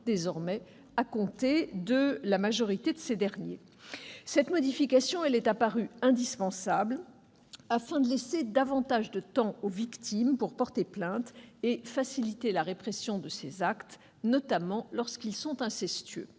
ans à compter de la majorité de ces derniers. Cette modification est apparue indispensable afin de laisser davantage de temps aux victimes pour porter plainte et faciliter la répression de ces actes, notamment lorsqu'ils sont incestueux.